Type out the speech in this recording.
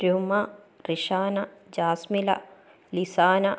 രുമ റിഷാന ജാസ്മില ലിസാന